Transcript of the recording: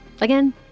Again